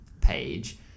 page